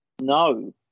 No